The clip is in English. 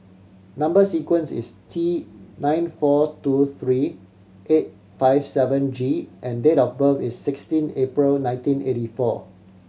number sequence is T nine four two three eight five seven G and date of birth is sixteen April nineteen eighty four